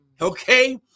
okay